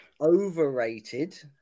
overrated